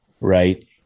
right